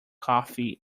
coffee